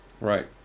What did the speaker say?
right